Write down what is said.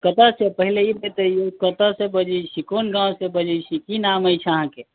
कतेय से पहिले इ बतइयौ कतय से बजै छी कौन गामसॅं बजैछी की नाम अछि अहाँके